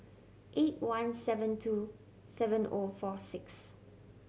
eight one seven two seven O four six